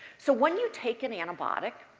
so, when you take an antibiotic,